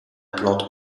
plante